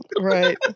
right